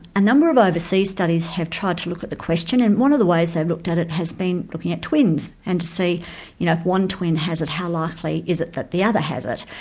a number of overseas studies have tried to look at the question and one of the ways they've looked at it has been looking at twins. and to see, you know, if one twin has it how likely is it that the other has it?